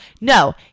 No